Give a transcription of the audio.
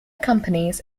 companies